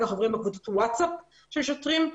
כך עוברים בקבוצות ווטסאפ של שוטרים.